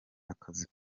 akazi